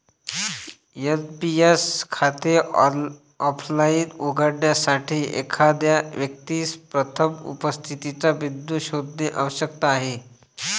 NPS खाते offline उघडण्यासाठी, एखाद्या व्यक्तीस प्रथम उपस्थितीचा बिंदू शोधणे आवश्यक आहे